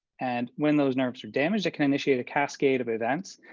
and when those nerves are damaged, it can initiate a cascade of events.